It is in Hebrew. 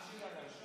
אל תדאג.